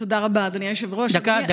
תודה רבה, אדוני היושב-ראש, דקה.